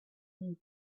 this